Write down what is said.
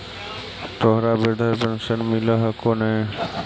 तोहरा वृद्धा पेंशन मिलहको ने?